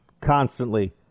constantly